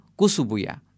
kusubuya